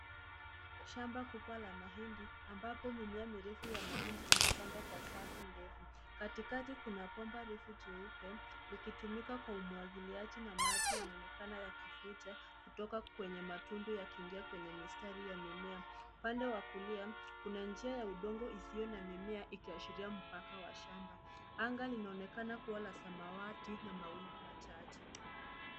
Shamba kubwa la mahindi ambapo mimea mirefu ya mahinidi imepandwa kwa safu ndefu. Katikati kuna bomba refu jeupe likitumika kwa umwagiliaji na maji yanaonekana yakivuja kutoka kwenye matundu yakiingia kwenye mistari ya mimea. Upande wa kulia kuna njia ya udongo isiyo na mimea ikiashiria mpaka wa shamba. Anga linaonekana kuwa la samawati na mawingu machache.